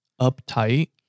uptight